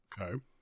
Okay